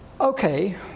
Okay